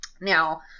now